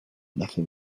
nothing